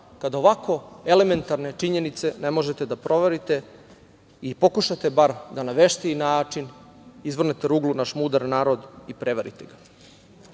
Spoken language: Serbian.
kad ovako elementarne činjenice ne možete da proverite i pokušate bar da na veštiji način izvrgnete ruglu naš mudar narod i prevarite